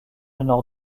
nord